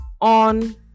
on